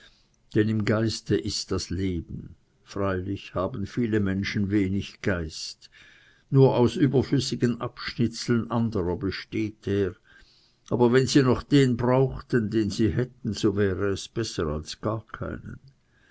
denn im geiste ist das leben freilich haben viele menschen wenig geist nur aus überflüssigen abschnitzeln anderer besteht er aber wenn sie noch den brauchten den sie hätten so wäre es besser als gar keinen